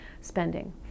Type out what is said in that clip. spending